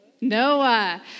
Noah